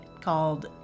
called